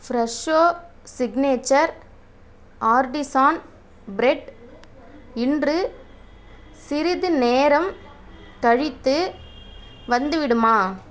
Fresho signature artisan bread இன்று சிறிது நேரம் கழித்து வந்துவிடுமா